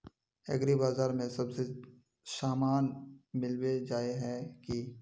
एग्रीबाजार में सब सामान मिलबे जाय है की?